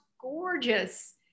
gorgeous